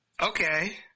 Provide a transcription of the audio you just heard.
Okay